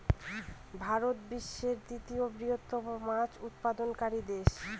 ভারত বিশ্বের তৃতীয় বৃহত্তম মাছ উৎপাদনকারী দেশ